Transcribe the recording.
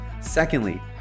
Secondly